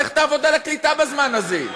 לך תעבוד על הקליטה בזמן הזה.